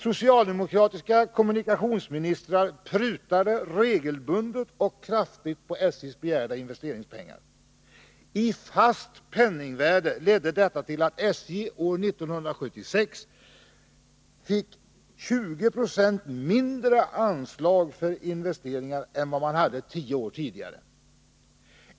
Socialdemokratiska kommunikationsministrar prutade regelbundet och kraftigt på SJ:s begäran om investeringspengar. I fast penningvärde ledde detta till att SJ år 1976 fick 20 26 mindre anslag för investeringar än vad man hade 10 år tidigare.